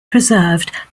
preserved